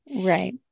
right